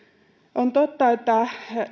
on totta että